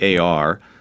AR